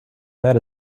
that